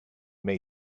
may